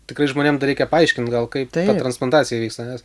tikrai žmonėm dar reikia paaiškint gal kaip ta transplantacija vyksta nes